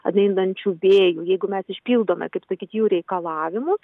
ateinančių vėjų jeigu mes išpildome kaip sakyt jų reikalavimus